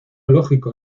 lógico